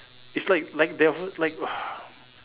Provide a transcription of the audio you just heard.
it's like like def~ like